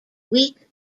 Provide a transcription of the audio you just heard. weak